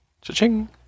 Cha-ching